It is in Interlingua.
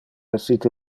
essite